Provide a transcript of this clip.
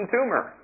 Tumor